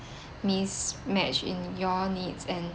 miss match in your needs and